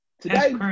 Today